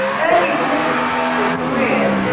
early political career